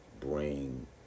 bring